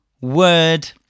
word